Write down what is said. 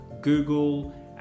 google